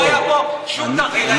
לא היה פה שום תרגיל.